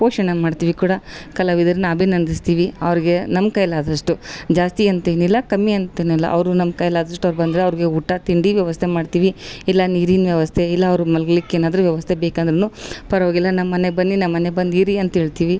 ಪೋಷಣೆ ಮಾಡ್ತೀವಿ ಕೂಡ ಕಲಾವಿದರನ್ನ ಅಭಿನಂದಿಸ್ತೀವಿ ಅವರಿಗೆ ನಮ್ಮ ಕೈಲಾದಷ್ಟು ಜಾಸ್ತಿಯಂತೆನಿಲ್ಲ ಕಮ್ಮಿ ಅಂತ ಇಲ್ಲ ಅವರು ನಮ್ಮ ಕೈಲಾದಷ್ಟು ಅವ್ರು ಬಂದರೆ ಅವ್ರಿಗೆ ಊಟ ತಿಂಡಿ ವ್ಯವಸ್ಥೆ ಮಾಡ್ತೀವಿ ಇಲ್ಲ ನೀರಿನ ವ್ಯವಸ್ಥೆ ಇಲ್ಲಅವ್ರು ಮಲಗ್ಲಿಕ್ ಏನಾದರು ವ್ಯವಸ್ಥೆ ಬೇಕಂದ್ರು ಪರವಾಗಿಲ್ಲ ನಮ್ಮ ಮನೆಗೆ ಬನ್ನಿ ನಮ್ಮ ಮನೆಗೆ ಬಂದಿರಿ ಅಂತ ಹೇಳ್ತಿವಿ